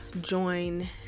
join